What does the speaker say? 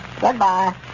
Goodbye